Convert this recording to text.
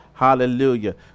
Hallelujah